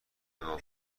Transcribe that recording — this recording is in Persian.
بابات